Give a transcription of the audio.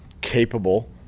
capable